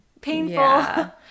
painful